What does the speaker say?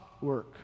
work